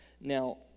Now